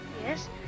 Yes